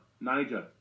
Niger